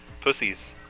pussies